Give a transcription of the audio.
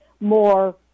more